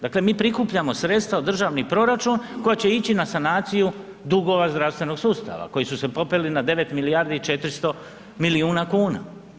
Dakle mi prikupljamo sredstva u državni proračun koja će ići na sanaciju dugova zdravstvenog sustava koji su se popeli na 9 milijardi i 400 milijuna kuna.